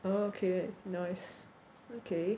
okay nice okay